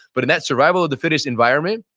but in that survival of the fittest environment,